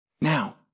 Now